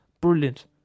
Brilliant